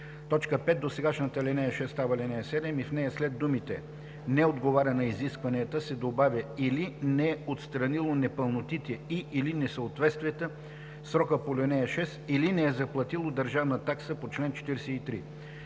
5. Досегашната ал. 6 става ал. 7 и в нея след думите „не отговаря на изискванията“ се добавя „или не е отстранило непълнотите и/или несъответствията в срока по ал. 6, или не е заплатило държавна такса по чл. 43“.